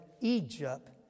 Egypt